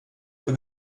für